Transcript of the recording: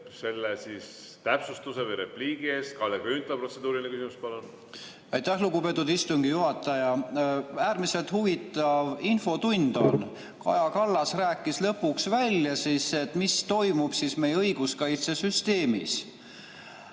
selle täpsustuse või repliigi eest! Kalle Grünthal, protseduuriline küsimus, palun! Aitäh, lugupeetud istungi juhataja! Äärmiselt huvitav infotund on. Kaja Kallas rääkis lõpuks välja, mis toimub meie õiguskaitsesüsteemis.